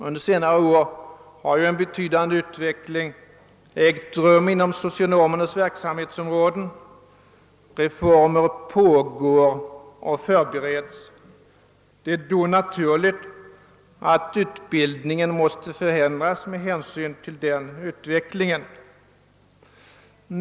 Under senare år har en betydande utveckling ägt rum inom socionomernas verksamhetsområden, och reformer pågår eller förbereds. Det är då naturligt att utbildningen måste änd ras med hänsyn till denna utveckling.